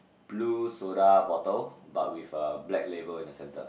blue soda bottle but with a black label in the center